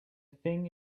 thing